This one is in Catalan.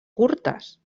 curtes